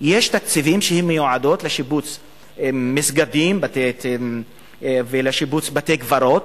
שמיועדים לשיפוץ מסגדים ושיפוץ בתי-קברות.